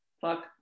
fuck